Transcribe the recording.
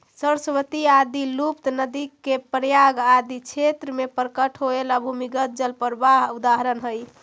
सरस्वती आदि लुप्त नदि के प्रयाग आदि क्षेत्र में प्रकट होएला भूमिगत जल प्रवाह के उदाहरण हई